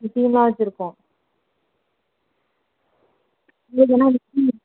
ம் டீமாக வச்சுருக்கோம்